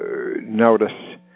notice